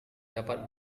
dapat